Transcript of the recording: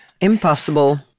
Impossible